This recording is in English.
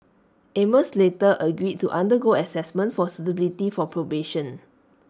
amos later agreed to undergo Assessment for suitability for probation